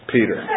Peter